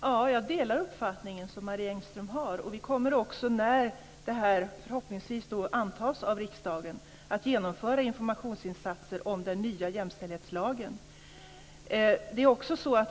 Herr talman! Jag delar uppfattningen som Marie Engström har. Vi kommer också när förslaget förhoppningsvis antas av riksdagen att genomföra informationsinsatser om den nya jämställdhetslagen.